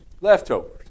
Leftovers